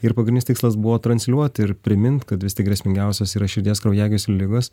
ir pagrindinis tikslas buvo transliuot ir primint kad vis tik grėsmingiausios yra širdies kraujagyslių ligos